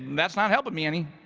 that's not helping me any.